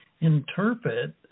interpret